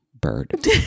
bird